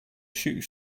shoes